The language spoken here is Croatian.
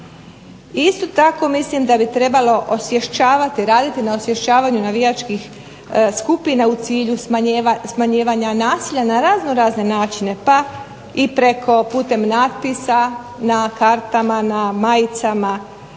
Isto tako mislim da bi trebalo osvješćivanju, raditi na osvješćivanju navijačkih skupina u cilju smanjivanja nasilja na razno razne načine pa i preko putem natpisa, na kartama, na majicama,